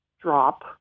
drop